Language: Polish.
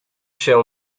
się